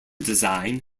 design